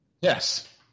Yes